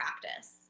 practice